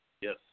Yes